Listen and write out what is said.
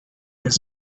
his